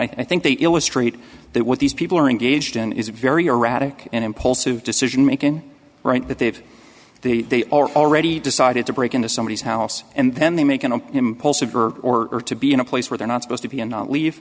d i think they illustrate that what these people are engaged in is very erratic and impulsive decision making right that they have the already decided to break into somebody's house and then they make an impulsive or or to be in a place where they're not supposed to be and leave